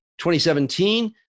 2017